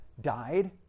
died